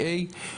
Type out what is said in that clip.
PA,